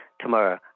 tomorrow